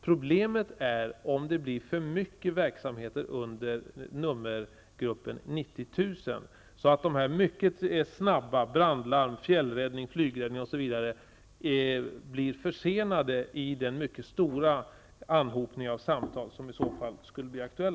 Problem uppstår om det blir för många verksamheter under nummergruppen 90 000, så att brandlarm, flygräddning, fjällräddning, osv. blir försenade på grund av den mycket stora anhopning av samtal som i så fall kan bli aktuell.